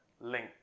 link